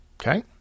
Okay